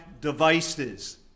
devices